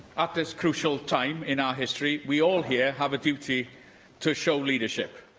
at this crucial time in our history, we all here have a duty to show leadership.